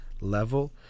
level